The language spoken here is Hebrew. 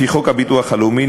לפי חוק הביטוח הלאומי,